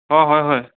অঁ হয় হয়